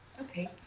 Okay